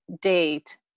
date